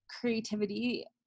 creativity